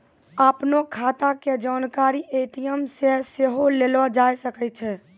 अपनो खाता के जानकारी ए.टी.एम से सेहो लेलो जाय सकै छै